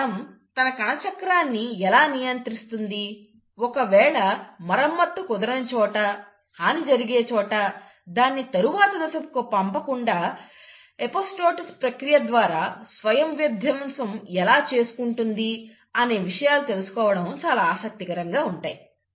ఒక కణం తన కణచక్రాన్ని ఎలా నియంత్రిస్తుంది ఒకవేళ మరమ్మతు కుదరని చోట హాని జరిగే చోట దాన్ని తరువాత దశకు పంపకుండా ఎపోప్టోసిస్ ప్రక్రియ ద్వారా స్వయం విధ్వంసం ఎలా చేసుకుంటుంది అనే విషయాలు తెలుసుకోవడానికి చాలా ఆసక్తికరంగా ఉంటాయి